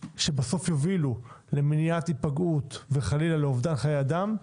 שבסוף יובילו למניעת היפגעות וחלילה לאובדן חיי אדם,